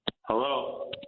Hello